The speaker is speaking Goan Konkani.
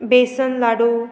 बेसन लाडू